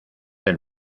del